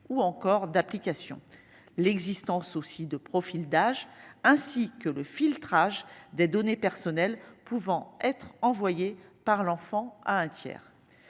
ou encore d'application l'existence aussi de profils d'âge ainsi que le filtrage des données personnelles pouvant être envoyés par l'enfant à un tiers.